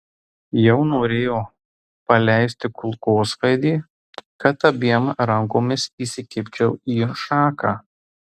jau norėjau paleisti kulkosvaidį kad abiem rankomis įsikibčiau į šaką